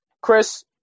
Chris